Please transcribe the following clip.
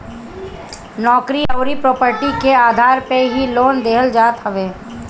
नोकरी अउरी प्रापर्टी के आधार पे ही लोन देहल जात हवे